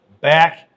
back